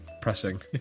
pressing